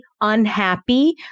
unhappy